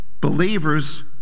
believers